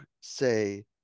say